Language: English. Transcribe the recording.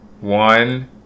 One